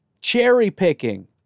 Cherry-picking